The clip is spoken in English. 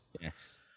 Yes